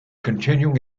continuing